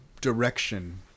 direction